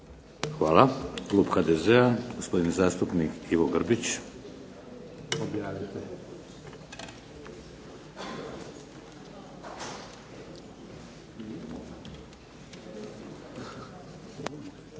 Hvala. Klub HDZ-a, gospodin zastupnik Ivo Grbić.